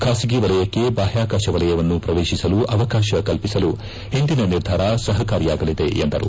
ಖಾಸಗಿ ವಲಯಕ್ಕೆ ಬಾಹ್ನಾಕಾಶ ವಲಯವನ್ನು ಪ್ರವೇಶಿಸಲು ಅವಕಾಶ ಕಲ್ಪಿಸಲು ಹಿಂದಿನ ನಿರ್ಧಾರ ಸಹಕಾರಿಯಾಗಲಿದೆ ಎಂದರು